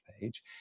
page